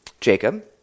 Jacob